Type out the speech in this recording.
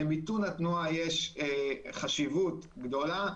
למיתון התנועה יש חשיבות גדולה,